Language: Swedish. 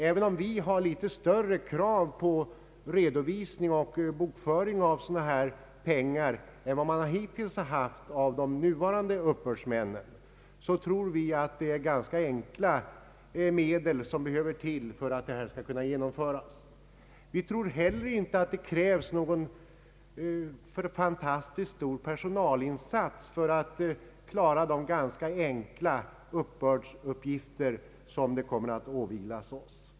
Även om vi kommer att ha litet större krav på redovisning och bokföring av pengar än man har beträffande de nuvarande uppbördsmännen, tror vi att ganska enkla medel behövs för att det hela skall kunna genomföras. Vi tror inte heller att det krävs någon fantastiskt stor personalinsats för att klara de ganska enkla uppbördsuppgifter som kommer att åvila oss.